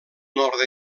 nord